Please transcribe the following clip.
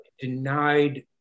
Denied